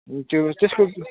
ए त्यो त्यसको